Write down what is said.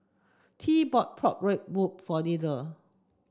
Tea bought pork rib for Tilda